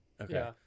Okay